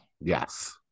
Yes